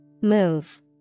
Move